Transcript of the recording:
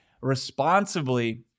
responsibly